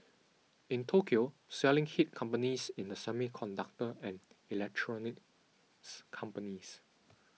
in Tokyo selling hit companies in the semiconductor and electronics companies